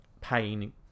pain